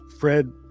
Fred